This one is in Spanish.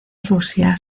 rusia